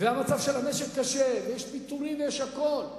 והמצב של המשק קשה, ויש פיטורים ויש הכול,